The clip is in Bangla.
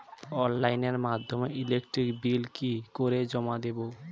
অনলাইনের মাধ্যমে ইলেকট্রিক বিল কি করে জমা দেবো?